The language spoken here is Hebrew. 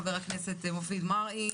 חבר הכנסת מופיד מרעי,